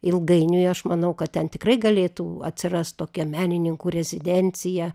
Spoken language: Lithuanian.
ilgainiui aš manau kad ten tikrai galėtų atsirast tokia menininkų rezidencija